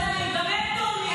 הם תורמים.